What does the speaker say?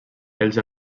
els